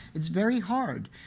it's very hard,